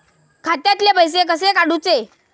खात्यातले पैसे कसे काडूचे?